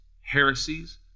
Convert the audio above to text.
Heresies